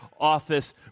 office